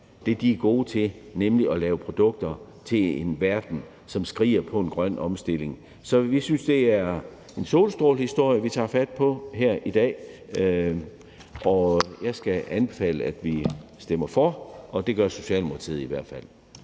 det, de er gode til, nemlig at lave produkter til en verden, som skriger på en grøn omstilling. Så vi synes, det er en solstrålehistorie, vi tager fat på her i dag, og jeg skal anbefale, at man stemmer for forslaget, for det gør Socialdemokratiet i hvert fald.